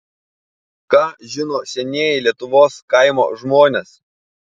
ką žino senieji lietuvos kaimo žmonės